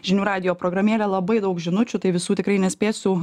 žinių radijo programėlę labai daug žinučių tai visų tikrai nespėsiu